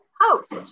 host